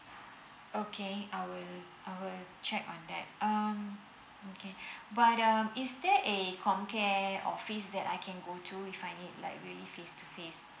okay I will I will check on that um okay but um is there a comcare office that I can go to find it like really face to face